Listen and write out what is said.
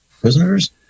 prisoners